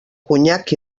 conyac